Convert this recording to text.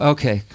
Okay